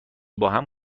باهم